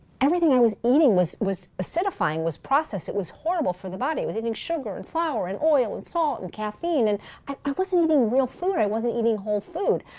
everything i was eating was was acidifying, was processed. it was horrible for the body. i was eating sugar, and flour, and oil, and salt, and caffeine. and i wasn't eating real food. i wasn't eating whole food.